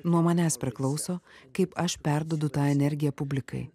nuo manęs priklauso kaip aš perduodu tą energiją publikai